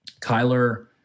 Kyler